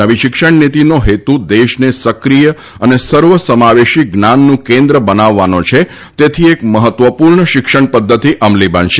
નવી શિક્ષણ નીતિનો હેતુ દેશ ને સક્રિય અને સર્વસમાવેશી જ્ઞાનનું કેન્દ્ર બનાવવાનો છે તેથી એક મહત્ત્વપૂર્ણ શિક્ષણ પદ્ધતિ અમલી બનશે